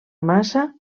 massa